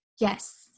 yes